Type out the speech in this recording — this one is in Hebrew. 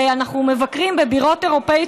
אנחנו מבקרים בבירות אירופה,